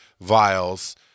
vials